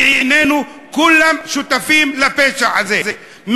בעינינו כולם שותפים לפשע הזה,